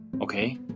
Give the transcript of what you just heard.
okay